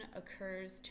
occurs